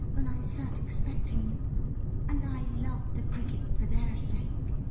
when i sat expecting you and i love the cricket for their sake!